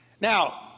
now